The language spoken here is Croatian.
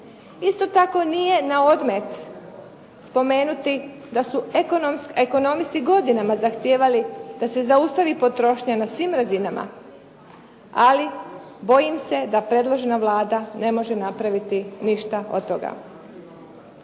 Isto tako, nije na odmet spomenuti da su ekonomisti godinama zahtijevali da se zaustavi potrošnja na svim razinama, ali bojim se da predložena Vlada ne može napraviti ništa od toga.